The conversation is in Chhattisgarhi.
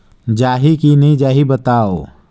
जाही की नइ जाही बताव?